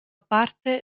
parte